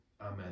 Amen